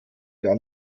gar